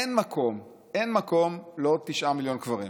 אין מקום, אין מקום לעוד תשעה מיליון קברים.